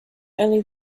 only